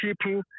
people